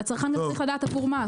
הצרכן אמור לדעת עבור מה,